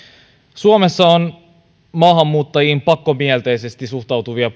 suomessa on maahanmuuttajiin pakkomielteisesti suhtautuvia